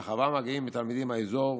אל החווה מגיעים תלמידים מהאזור,